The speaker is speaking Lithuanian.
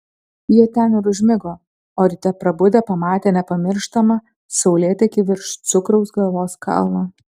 jie ten ir užmigo o ryte prabudę pamatė nepamirštamą saulėtekį virš cukraus galvos kalno